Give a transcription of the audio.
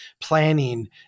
planning